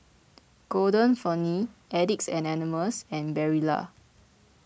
Golden Peony Addicts Anonymous and Barilla